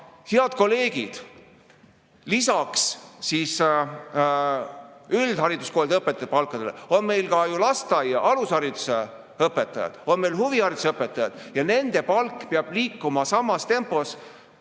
Head kolleegid! Lisaks üldhariduskoolide õpetajatele on meil ka lasteaia- ehk alushariduse õpetajad, on huvihariduse õpetajad, ja nende palk peab liikuma samas tempos